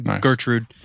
Gertrude